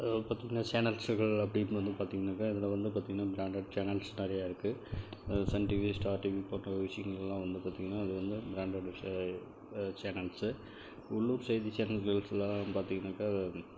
பார்த்தீங்கன்னா சேனல்ஸ்சுகள் அப்படின்னு வந்து பார்த்தீங்கன்னாக்கா அதில் வந்து பார்த்தீங்கன்னா பிராண்ட்டட் சேனல்ஸ் நிறையா இருக்குது அது சன் டிவி ஸ்டார் டிவி போன்ற விஷயங்களெலாம் வந்து பார்த்தீங்கன்னா அது வந்து பிராண்ட்டட் சேனல்ஸ்சு உள்ளூர் செய்தி சேனல்ஸெலலாம் பார்த்தீங்கன்னாக்கா